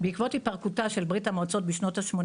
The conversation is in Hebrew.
בעקבות התפרקותה של ברה"מ בשנות ה-80